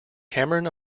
cameron